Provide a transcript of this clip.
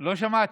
לא שמעתי.